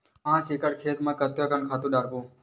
पांच एकड़ खेत म कतका खातु डारबोन?